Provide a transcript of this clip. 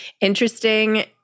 interesting